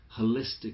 holistic